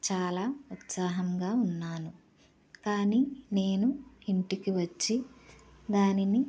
చాలా ఉత్సాహంగా ఉన్నాను కానీ నేను ఇంటికి వచ్చి దాన్ని